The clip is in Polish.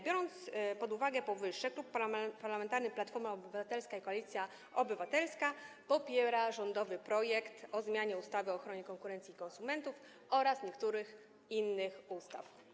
Biorąc pod uwagę powyższe, Klub Parlamentarny Platforma Obywatelska - Koalicja Obywatelska popiera rządowy projekt o zmianie ustawy o ochronie konkurencji i konsumentów oraz niektórych innych ustaw.